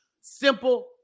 Simple